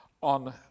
on